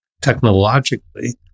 technologically